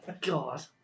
God